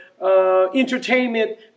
Entertainment